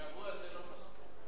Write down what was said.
שבוע זה לא מספיק.